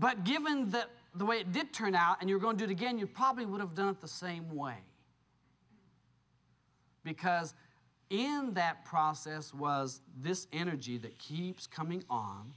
but given that the way it did turn out and you're going to again you probably would have done it the same way because in that process was this energy that keeps coming on